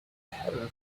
heaven